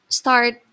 start